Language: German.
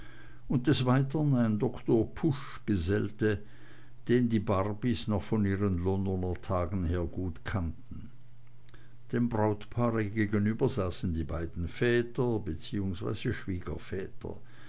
und des weiteren ein doktor pusch gesellte den die barbys noch von ihren londoner tagen her gut kannten dem brautpaare gegenüber saßen die beiden väter beziehungsweise schwiegerväter